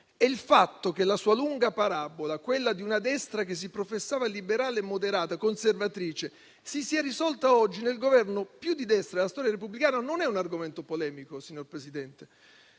Il fatto che la sua lunga parabola, quella di una destra che si professava liberale, moderata e conservatrice, si sia risolta oggi nel Governo più a destra della storia repubblicana non è un argomento polemico, signor Presidente.